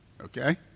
Okay